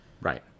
Right